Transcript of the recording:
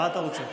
מה אתה רוצה,